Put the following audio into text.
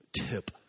tip